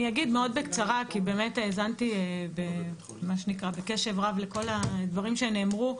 אני אגיד מאוד בקצרה כי באמת האזנתי בקשב רב לכל הדברים שנאמרו.